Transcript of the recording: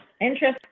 Interesting